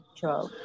job